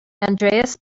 andreas